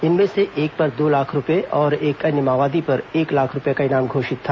इनमें से एक पर दो लाख रूपये और एक अन्य माओवादी पर एक लाख रूपये का इनाम घोषित था